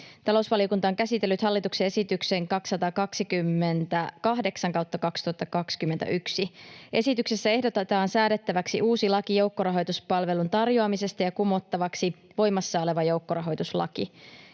Talousvaliokunta on käsitellyt hallituksen esityksen 228/2021. Esityksessä ehdotetaan säädettäväksi uusi laki joukkorahoituspalvelun tarjoamisesta ja kumottavaksi voimassa oleva joukkorahoituslaki.